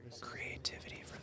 Creativity